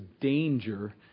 danger